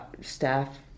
staff